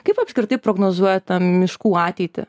kaip apskritai prognozuojat miškų ateitį